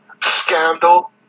scandal